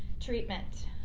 treatment,